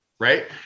right